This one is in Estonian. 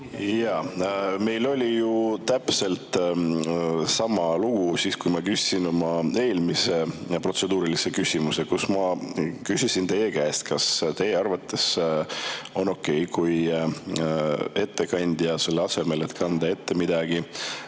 Meil oli ju täpselt sama lugu siis, kui ma küsisin oma eelmise protseduurilise küsimuse. Ma küsisin teie käest, kas teie arvates on okei, kui ettekandja, selle asemel et kanda ette midagi,